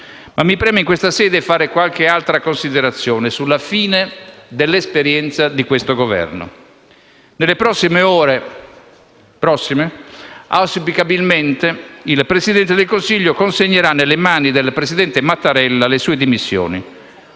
Ma mi preme anche fare qualche considerazione sulla fine dell'esperienza di questo Governo. Nelle prossime ore, auspicabilmente, il Primo Ministro consegnerà nelle mani del presidente Mattarella le sue dimissioni